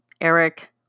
Eric